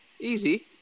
Easy